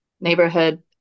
neighborhood